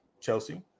Chelsea